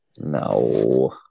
No